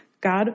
God